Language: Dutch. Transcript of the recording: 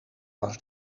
was